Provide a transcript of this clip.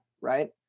right